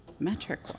metric